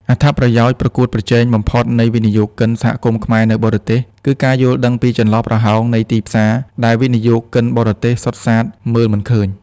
អត្ថប្រយោជន៍ប្រកួតប្រជែងបំផុតនៃវិនិយោគិន សហគមន៍ខ្មែរនៅបរទេស គឺការយល់ដឹងពី "ចន្លោះប្រហោងនៃទីផ្សារ" ដែលវិនិយោគិនបរទេសសុទ្ធសាធមើលមិនឃើញ។